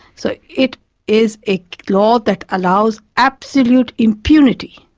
so it is a law that allows absolute impunity.